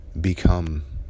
become